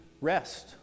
rest